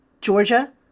Georgia